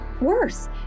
worse